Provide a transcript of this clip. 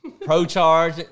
pro-charge